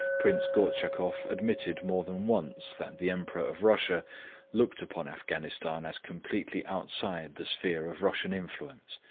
prince gortschakoff admitted more than once that the emperor of russia looked upon afghanistan as completely outside the sphere of russian influence,